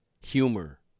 humor